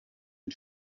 une